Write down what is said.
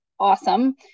awesome